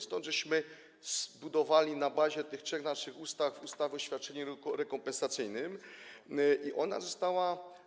Stąd zbudowaliśmy na bazie tych trzech naszych ustaw ustawę o świadczeniu rekompensacyjnym i ona została.